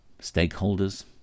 stakeholders